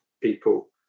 people